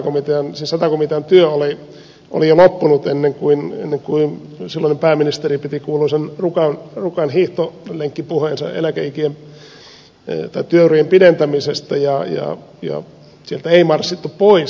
se sata komitean työ oli jo loppunut ennen kuin silloinen pääministeri piti kuuluisan rukan hiihtolenkkipuheensa työurien pidentämisestä ja sieltä ei marssittu pois